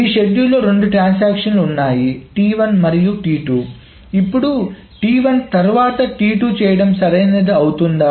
ఈ షెడ్యూల్లో రెండు ట్రాన్సాక్షన్లు ఉన్నాయి మరియు ఇప్పుడు తర్వాత చేయడం సరైనది అవుతుందా